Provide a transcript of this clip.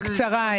תודה.